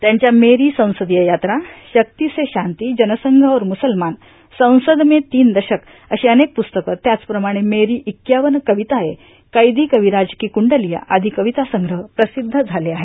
त्यांच्या मेरी संसदीय यात्रा शक्ती से शांती जनसंघ और मुसलमान संसद में तीन दशक अशी अनेक प्रस्तकं त्याचप्रमाणं मेरी इक्यावन कविताये कैदी कविराज की कुंडलिया आदी कवितासंग्रह प्रसिद्ध झाले आहेत